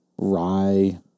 rye